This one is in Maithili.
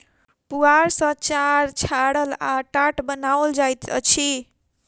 पुआर सॅ चार छाड़ल आ टाट बनाओल जाइत अछि